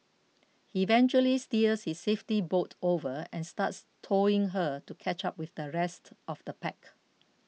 he eventually steers his safety boat over and starts towing her to catch up with the rest of the pack